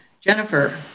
Jennifer